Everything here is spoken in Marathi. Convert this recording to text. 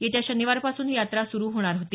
येत्या शनिवारपासून ही यात्रा सुरू होणार होती